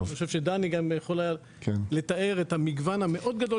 אני חושב שדני יכול לתאר את המגוון הגדול